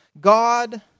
God